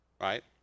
right